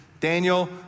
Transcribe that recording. Daniel